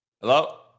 hello